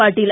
Patil